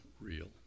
real